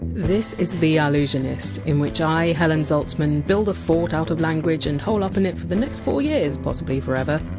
this is the allusionist, in which i, helen zaltzman, build a fort out of language and hole up in it for the next four years, possibly forever.